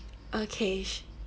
okay sh~